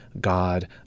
God